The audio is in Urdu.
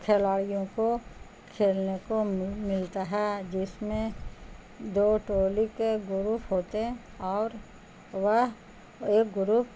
کھلاڑیوں کو کھیلنے کو ملتا ہے جس میں دو ٹولی کے گروپ ہوتے ہیں اور وہ ایک گروپ